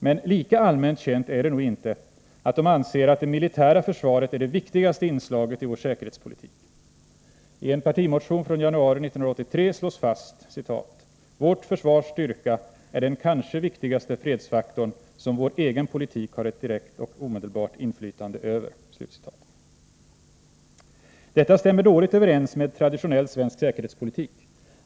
Men lika allmänt känt är nog inte att de anser att det militära försvaret är det viktigaste inslaget i vår säkerhetspolitik. I en partimotion från januari 1983 slås fast: ”Vårt försvars styrka är den kanske viktigaste fredsfaktorn som vår egen politik har ett direkt och omedelbart inflytande över.” Detta stämmer dåligt överens med traditionell svensk säkerhetspolitik.